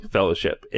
Fellowship